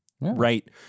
right